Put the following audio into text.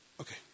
Okay